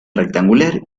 rectangular